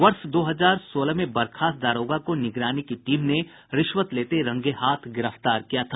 वर्ष दो हजार सोलह में बर्खास्त दारोगा को निगरानी की टीम ने रिश्वत लेते रंगे हाथ गिरफ्तार किया था